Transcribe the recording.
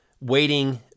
waiting